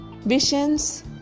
Visions